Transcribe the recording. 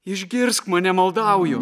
išgirsk mane maldauju